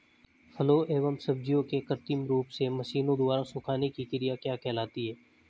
फलों एवं सब्जियों के कृत्रिम रूप से मशीनों द्वारा सुखाने की क्रिया क्या कहलाती है?